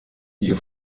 ihr